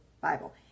Bible